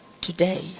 today